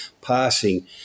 passing